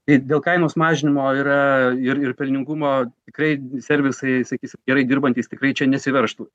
tai dėl kainos mažinimo yra ir ir pelningumo tikrai servisai sakysim gerai dirbantys tikrai čia nesiveržtų